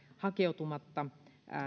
hakeutumatta